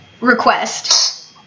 request